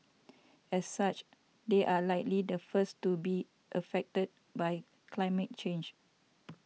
as such they are likely the first to be affected by climate change